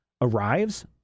arrives